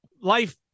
Life